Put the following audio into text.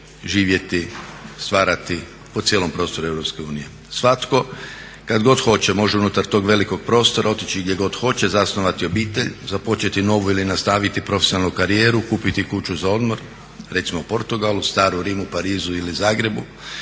živjeti, stvarati po cijelom prostoru Europske unije. Svatko kada god hoće može unutar tog velikog prostora otići gdje god hoće, zasnovati obitelj, započeti novu ili nastaviti profesionalnu karijeru, kupiti kuću za odmor, recimo u Portugalu, starom Rimu, Parizu ili Zagrebu.